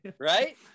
right